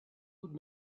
would